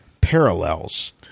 parallels